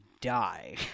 Die